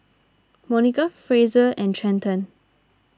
Monica Frazier and Trenton